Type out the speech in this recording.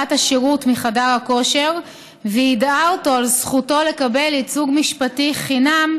השירות מחדר הכושר ויידעה אותו על זכותו לקבל ייצוג משפטי חינם,